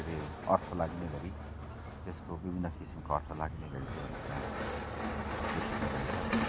के रे अर्थ लागिने गरी त्यसको विभिन्न किसिमको अर्थ लाग्ने गरी चाहिँ उपन्यास लेखिएको रहेछ